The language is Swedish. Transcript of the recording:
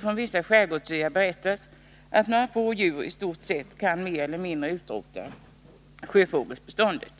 Från vissa skärgårdsöar berättas att några få djur kan mer eller mindre utrota sjöfågelbeståndet.